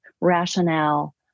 rationale